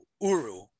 Uru